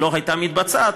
לא הייתה מתבצעת,